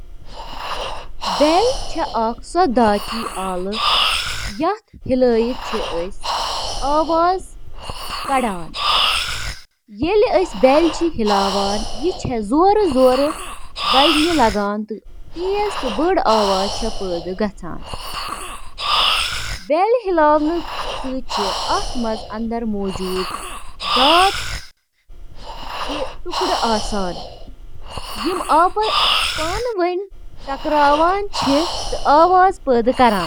Skin ہٕنٛدیٚن طرفن چھِ لٔٹہِ آسان، یتھ ریڈنگ تہِ ونان چھِ، واریاہو وجوہاتو کِنۍ، یتھ منٛز شٲمِل چھِ: جعل سازی تہٕ کلپنگ رُکاوٕنۍ، بوزنہٕ یِنہٕ والیٚن ہٕنٛز مدد، لباس کم کرُن تہٕ باقی۔